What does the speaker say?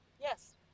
yes